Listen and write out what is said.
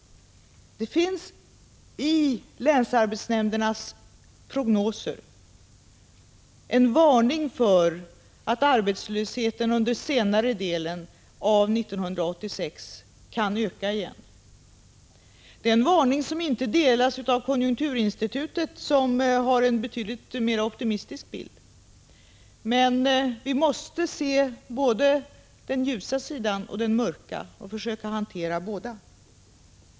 Det finns i länsarbetsnämndernas prognoser en varning för att arbetslösheten under senare delen av 1986 kan öka igen. I den varningen instämmer inte konjunkturinstitutet, som har en betydligt mera optimistisk bild. Men vi måste se både den ljusa sidan och den mörka och försöka hantera båda.